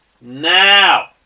now